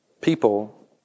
people